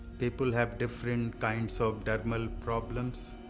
people have different kinds of dermal problems